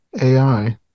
AI